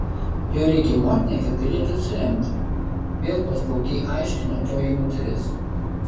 jo reikia motinai kad galėtų atsiremti vėl paslaugiai aiškina toji moteris